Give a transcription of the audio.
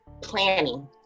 planning